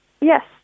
Yes